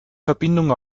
verbindung